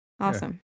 Awesome